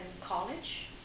college